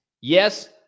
Yes